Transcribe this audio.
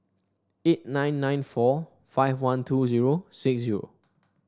eight nine nine four five one two zero six zero